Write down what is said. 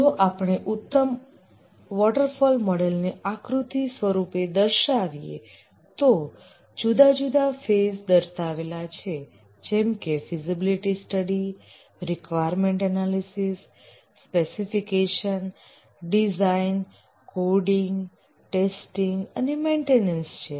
જો આપણે ઉત્તમ વોટરફોલ મોડલને આકૃતિ સ્વરૂપે દર્શાવીએ તો જુદા જુદા ફેઝ દર્શાવેલા છે જેમકે feasibility study requirement analysis specification design coding testing અને મેન્ટેનન્સ છે